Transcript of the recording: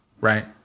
right